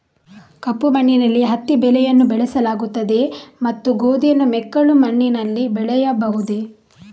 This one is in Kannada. ಕಪ್ಪು ಮಣ್ಣಿನಲ್ಲಿ ಹತ್ತಿ ಬೆಳೆಯನ್ನು ಬೆಳೆಸಲಾಗುತ್ತದೆಯೇ ಮತ್ತು ಗೋಧಿಯನ್ನು ಮೆಕ್ಕಲು ಮಣ್ಣಿನಲ್ಲಿ ಬೆಳೆಯಬಹುದೇ?